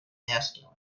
masculine